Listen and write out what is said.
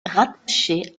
rattaché